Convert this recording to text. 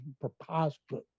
preposterous